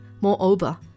Moreover